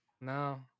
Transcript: No